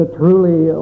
truly